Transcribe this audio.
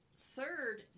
third